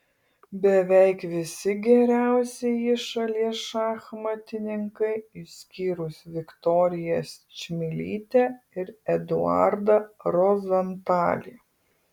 beveik visi geriausieji šalies šachmatininkai išskyrus viktoriją čmilytę ir eduardą rozentalį